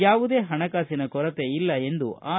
ಯಾವುದೇ ಪಣಕಾಸಿನ ಕೊರತೆ ಇಲ್ಲ ಎಂದು ಆರ್